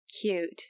Cute